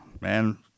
man